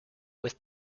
with